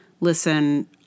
listen